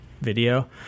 video